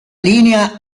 linea